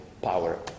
Power